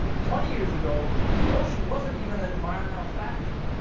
twenty years ago, the ocean wasn't even an environmental factor.